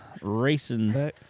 racing